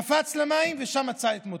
קפץ למים, ושם מצא את מותו.